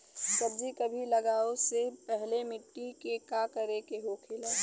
सब्जी कभी लगाओ से पहले मिट्टी के का करे के होखे ला?